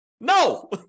No